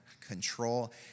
control